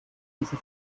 diese